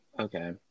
Okay